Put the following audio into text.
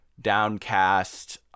downcast